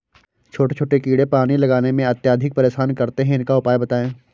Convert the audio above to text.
छोटे छोटे कीड़े पानी लगाने में अत्याधिक परेशान करते हैं इनका उपाय बताएं?